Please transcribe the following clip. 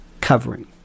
covering